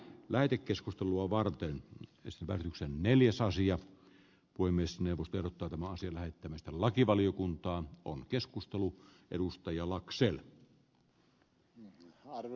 lähetekeskustelua varten pystyvän usa neljä sasia kuin myös neuvottelut alkamaan sillä että mistä lakivaliokunta on arvoisa puhemies